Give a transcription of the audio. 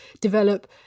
develop